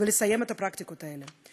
ולסיים את הפרקטיקות האלה.